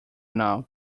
now